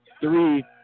three